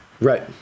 Right